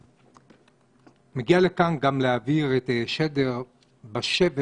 אני מגיע לכאן להעביר את השדר של שבר